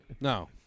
no